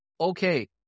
okay